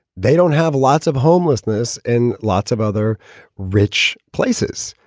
they don't have lots of homelessness and lots of other rich places,